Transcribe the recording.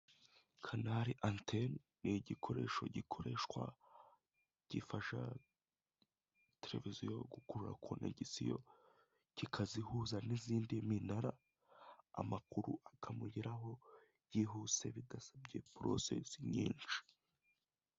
Canal antenne ni igikoresho gikoreshwa; gifasha televiziyo gukurura connegition kikazihuza n'indi minara. Amakuru akamugeraho byihuse bidasabye proses nyinshi.